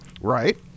Right